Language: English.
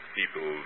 people